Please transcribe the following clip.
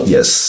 Yes